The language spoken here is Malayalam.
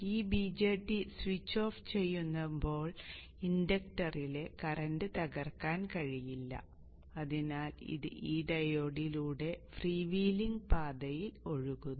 ഈ BJT സ്വിച്ച് ഓഫ് ചെയ്യുമ്പോൾ ഇൻഡക്ടറിലെ കറന്റ് തകർക്കാൻ കഴിയില്ല അതിനാൽ ഇത് ഈ ഡയോഡിലൂടെ ഫ്രീ വീലിംഗ് പാതയിൽ ഒഴുകുന്നു